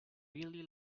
really